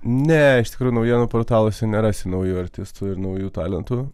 ne iš tikrųjų naujienų portaluose nerasi naujų artistų ir naujų talentų